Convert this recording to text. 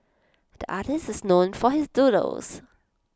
the artist is known for his doodles